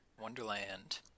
Wonderland